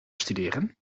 studeren